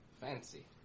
Fancy